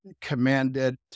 commanded